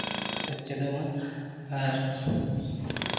ᱠᱚ ᱪᱮᱫᱚᱜ ᱢᱟ ᱟᱨ